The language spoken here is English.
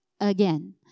again